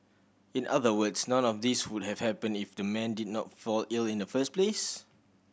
in other words none of these would have happened if the man did not fall ill in the first place